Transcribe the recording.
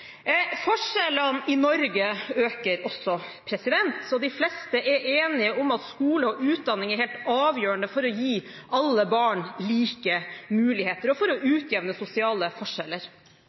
Forskjellene i Norge øker også. De fleste er enige om at skole og utdanning er helt avgjørende for å gi alle barn like muligheter og for å utjevne sosiale forskjeller.